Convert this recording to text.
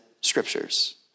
scriptures